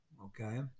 Okay